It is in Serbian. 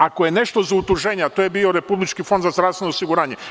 Ako je nešto za utuženje, to je bio Republički fond za zdravstveno osiguranje.